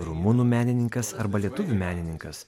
rumunų menininkas arba lietuvių menininkas